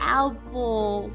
apple